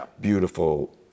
beautiful